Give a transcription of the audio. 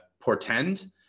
portend